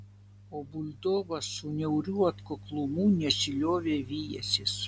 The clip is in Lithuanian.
o buldogas su niauriu atkaklumu nesiliovė vijęsis